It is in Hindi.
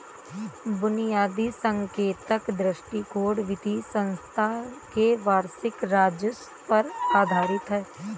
बुनियादी संकेतक दृष्टिकोण वित्तीय संस्थान के वार्षिक राजस्व पर आधारित है